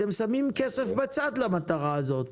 אתם שמים כסף בצד למטרה הזאת,